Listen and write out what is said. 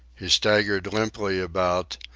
he staggered limply about,